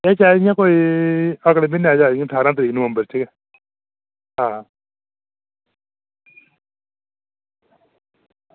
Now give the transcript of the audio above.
एह् असें कोई ठारां तरीक चाही दियां कोई नवंबर म्हीनै आं